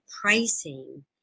pricing